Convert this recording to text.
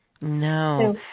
No